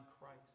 Christ